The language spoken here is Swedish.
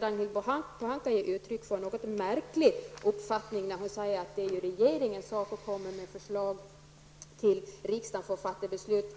Ragnhild Pohanka har gett uttryck för en något märklig uppfattning när hon säger att det är regeringens sak att komma med förslag till riksdagen för att där fatta beslut.